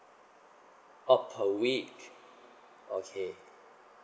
oh per week okay